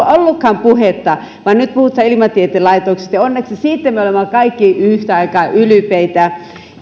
ollutkaan puhetta vaan nyt puhutaan ilmatieteen laitoksesta ja onneksi siitä me olemme kaikki yhtä aikaa ylpeitä